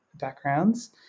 backgrounds